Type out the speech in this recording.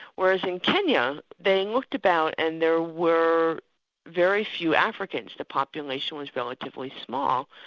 whereas in kenya, they looked about and there were very few africans the population was relatively small.